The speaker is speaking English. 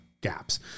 gaps